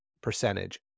percentage